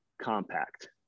compact